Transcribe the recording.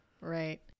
Right